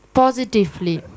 positively